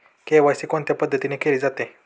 KYC कोणत्या पद्धतीने केले जाते?